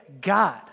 God